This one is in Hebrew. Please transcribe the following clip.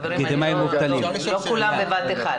חברים, לא כולם בבת אחת.